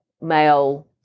male